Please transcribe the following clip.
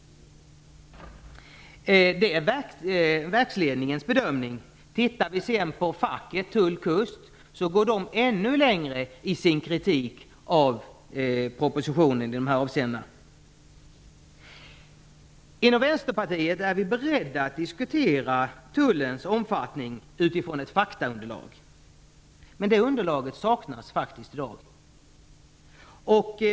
Detta är verksledningens bedömning. Om vi tittar på vad facket Tull Kust säger, finner vi att de går ännu längre i sin kritik av propositionen i de här avseendena. Inom Vänsterpartiet är vi beredda att diskutera tullens omfattning utifrån ett faktaunderlag, men det underlaget saknas i dag.